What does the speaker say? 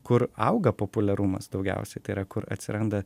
kur auga populiarumas daugiausiai tai yra kur atsiranda